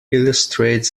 illustrates